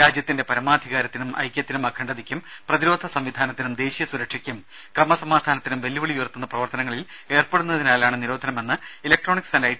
രാജ്യത്തിന്റെ പരമാധികാരത്തിനും ഐക്യത്തിനും അഖണ്ഡതയ്ക്കും പ്രതിരോധ സംവിധാനത്തിനും ദേശീയ സുരക്ഷയ്ക്കും ക്രമസമാധാനത്തിനും വെല്ലുവിളി ഉയർത്തുന്ന പ്രവർത്തനങ്ങളിൽ ഏർപ്പെടുന്നതിനാലാണ് നിരോധനമെന്ന് ഇലക്ട്രോണിക്സ് ആന്റ് ഐ